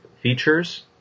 features